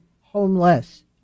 homeless